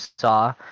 saw